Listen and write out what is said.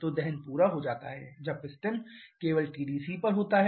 तो दहन पूरा हो जाता है जब पिस्टन केवल टीडीसी पर होता है